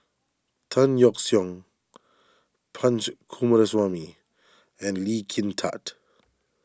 Tan Yeok Seong Punch Coomaraswamy and Lee Kin Tat